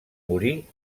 morir